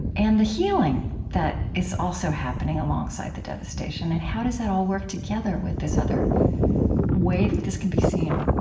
and the healing that is also happening, alongside the devastation and how does that all work, together with this other way that this could be seen?